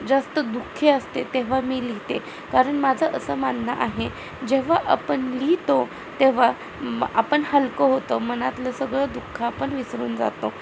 जास्त दुःखी असते तेव्हा मी लिहिते कारण माझं असं मानणं आहे जेव्हा आपण लिहितो तेव्हा आपण हलकं होतो मनातलं सगळं दुःख आपण विसरून जातो